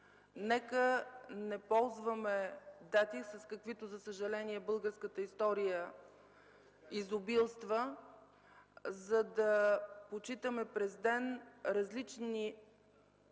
Нека не ползваме дати с каквито, за съжаление, българската история изобилства, за да почитаме през ден различни